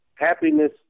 Happiness